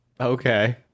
Okay